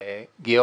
נתקבלה.